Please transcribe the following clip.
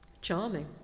Charming